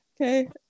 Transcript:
Okay